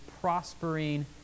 prospering